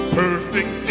perfect